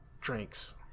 drinks